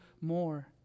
more